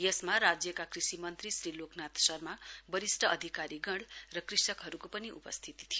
यसमा राज्यका कृषि मन्त्री श्री लोकनाथ शर्मा वरिष्ट अधिकारीगण र कृषकहरूको पनि उपस्थिती थियो